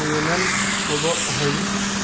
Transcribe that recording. नियमन होवऽ हइ